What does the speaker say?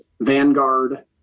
Vanguard